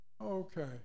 Okay